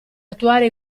attuare